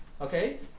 Okay